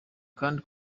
kandi